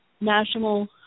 national